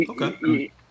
okay